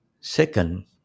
Second